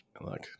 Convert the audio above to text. look